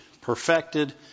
perfected